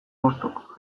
bostok